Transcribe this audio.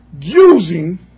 using